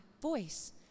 voice